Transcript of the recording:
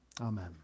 Amen